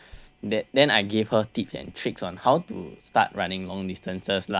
that then I gave her tips and tricks on how to start running long distances lah